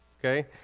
Okay